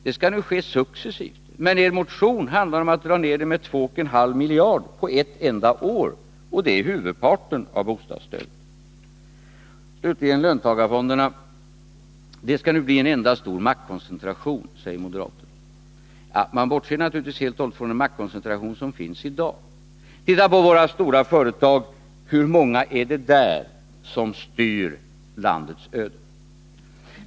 Det skall nu enligt Lars Tobisson ske successivt, men i er motion handlar det om att dra ned det med 2,5 miljarder under ett enda år, och det är huvudparten av bostadsstödet. Slutligen några ord om löntagarfonderna. Det kommer att bli en enda stor maktkoncentration, säger moderaterna. Naturligtvis bortser de helt och hållet från den maktkoncentration som finns redan i dag. Se på våra stora företag. Hur många är det där som styr landets öden?